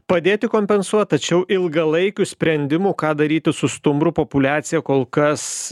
padėti kompensuot tačiau ilgalaikių sprendimų ką daryti su stumbrų populiacija kol kas